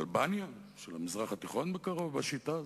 אלבניה של המזרח התיכון בקרוב, בשיטה הזאת.